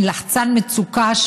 לחצן מצוקה,